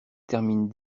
termine